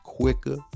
quicker